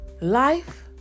Life